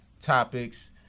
topics